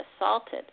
assaulted